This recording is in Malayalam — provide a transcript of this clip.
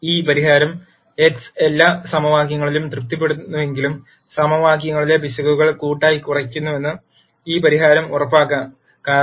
ഈ പരിഹാരം x എല്ലാ സമവാക്യങ്ങളും തൃപ്തിപ്പെടുത്തുന്നില്ലെങ്കിലും സമവാക്യങ്ങളിലെ പിശകുകൾ കൂട്ടായി കുറയ്ക്കുന്നുവെന്ന് ഈ പരിഹാരം ഉറപ്പാക്കും